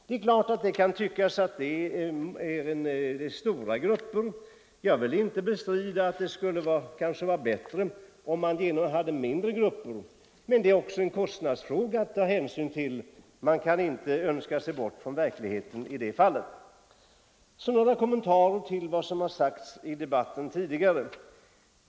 Det är klart att det kan tyckas vara stora grupper. Jag vill inte bestrida att det kanske vore bättre med mindre grupper, men man har också kostnadsfrågan att ta hänsyn till. Man kan inte önska sig bort från verkligheten. Så några kommentarer till vad som tidigare har sagts i debatten.